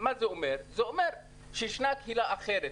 זה אומר שישנה קהילה אחרת,